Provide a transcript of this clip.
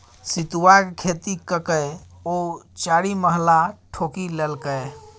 सितुआक खेती ककए ओ चारिमहला ठोकि लेलकै